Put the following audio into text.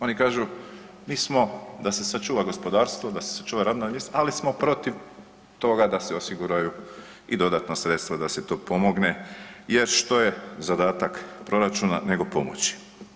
Oni kažu, mi smo da se sačuva gospodarstvo, da se sačuvaju radna mjesta, ali smo protiv toga da se osiguraju i dodatna sredstva da se to pomogne jer što je zadatak proračuna nego pomoći.